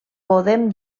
podem